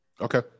okay